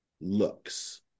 looks